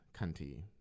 cunty